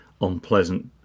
unpleasant